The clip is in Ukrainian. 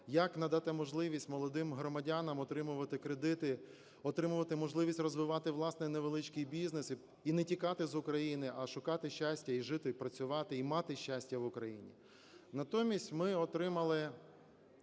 Як надати можливість молодим громадянам отримувати кредити, отримувати можливість розвивати власний невеличкий бізнес і не тікати з України, а шукати щастя і жити, і працювати, і мати щастя в Україні. Натомість ми отримали